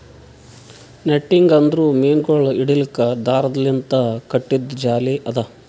netting ಅಂದುರ್ ಮೀನಗೊಳ್ ಹಿಡಿಲುಕ್ ದಾರದ್ ಲಿಂತ್ ಕಟ್ಟಿದು ಜಾಲಿ ಅದಾ